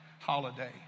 holiday